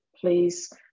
please